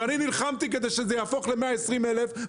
אני נלחמתי כדי שזה יהפוך ל-120 אלף,